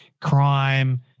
crime